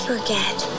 forget